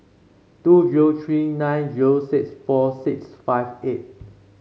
two zero three nine zero six four six five eight